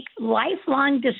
lifelong